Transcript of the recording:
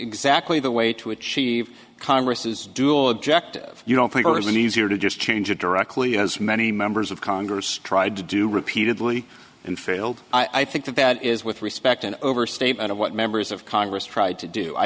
exactly the way to achieve congress's dual objective you don't think there is an easier to just change it directly as many members of congress tried to do repeatedly and failed i think that that is with respect an overstatement of what members of congress tried to do i